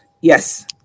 yes